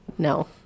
No